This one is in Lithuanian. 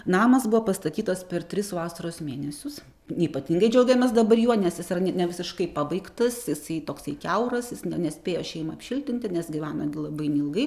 namas buvo pastatytas per tris vasaros mėnesius neypatingai džiaugiamės dabar juo nes jis yra ne ne visiškai pabaigtas jisai toksai kiauras jis na nespėjo šeima apšiltinti nes gyveno gi labai neilgai